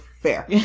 fair